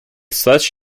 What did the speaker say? such